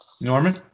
Norman